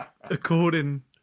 According